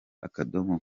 akadomo